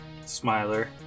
smiler